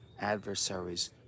adversaries